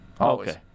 Okay